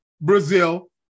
Brazil